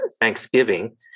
Thanksgiving